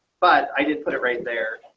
but i did put it right there.